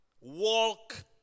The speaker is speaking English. Walk